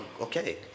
Okay